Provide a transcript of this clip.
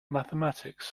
mathematics